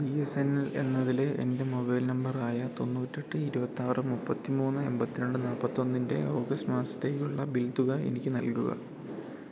B S N L എന്നതില് എൻ്റെ mobile നമ്പറായ തൊണ്ണൂറ്റിയെട്ട് ഇരുപത്തിയാറ് മുപ്പത്തിമൂന്ന് എൺപത്തിരണ്ട് നാല്പ്പത്തിയൊന്നിൻ്റെ ഓഗസ്റ്റ് മാസത്തേക്കുള്ള ബിൽ തുക എനിക്ക് നൽകുക